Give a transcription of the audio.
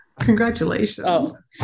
Congratulations